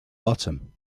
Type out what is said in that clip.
bottom